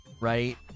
right